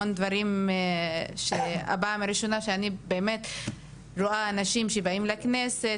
המון דברים שפעם הראשונה שאני באמת רואה אנשים שבאים לכנסת,